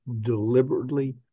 deliberately